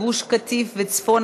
גני אירועים ודיסקוטקים),